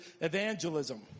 evangelism